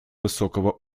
высокого